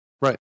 Right